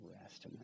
rest